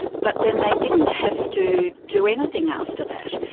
but then they didn't have to do anything after that.